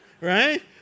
right